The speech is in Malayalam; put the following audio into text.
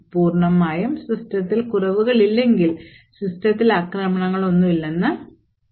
പൂർണ്ണമായും സിസ്റ്റത്തിൽ കുറവുകളില്ലെങ്കിൽ സിസ്റ്റത്തിൽ ആക്രമണങ്ങളൊന്നും ഉണ്ടാകില്ല